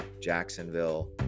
Jacksonville